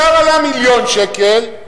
שר עלה מיליון שקל,